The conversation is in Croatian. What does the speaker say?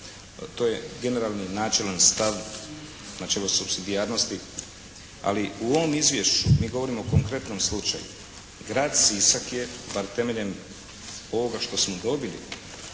To je generalni načelan stav, načelo supsidijarnosti, ali u ovom izvješću mi govorimo o konkretnom slučaju grad Sisak je bar temeljem ovoga što smo dobili